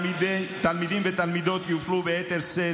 ותלמידים ותלמידות יופלו ביתר שאת.